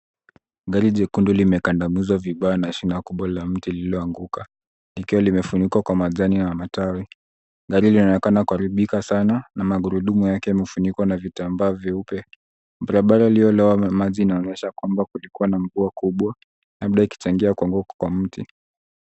Gari jekundu limekandamizwa vibaya na shina kubwa la mti lililoanguka likiwa limefunikwa kwa majani na matawi. Gari linaonekana kuharibika sana na magurudumu yake yamefunikwa na vitambaa vyeupe. Barabara iliyolowa maji inaonyesha kwamba kulikua na mvua kubwa labda ikichangia kuanguka kwa mti.